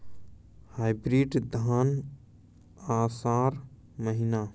Hybrid धान आषाढ़ महीना?